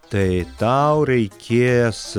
tai tau reikės